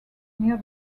near